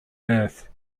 earth